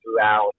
throughout